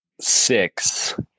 six